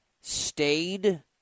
stayed